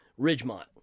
Ridgemont